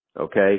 Okay